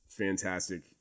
Fantastic